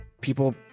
people